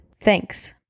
Thanks